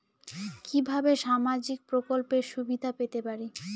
কিভাবে সামাজিক প্রকল্পের সুবিধা পেতে পারি?